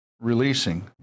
releasing